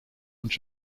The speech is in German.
und